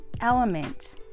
element